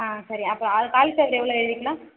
ஆ சரி அப்போ அந்த காலிஃப்ளவர் எவ்வளோ எழுதிக்கலாம்